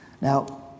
Now